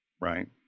right